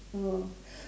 oh